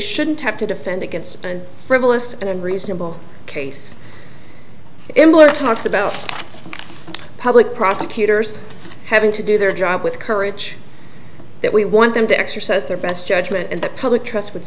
shouldn't have to defend against and frivolous and unreasonable case employer talks about public prosecutors having to do their job with courage that we want them to exercise their best judgment and the public trust w